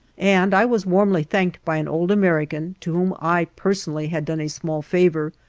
and i was warmly thanked by an old american, to whom i personally had done a small favor,